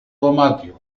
δωμάτιο